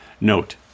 Note